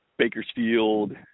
Bakersfield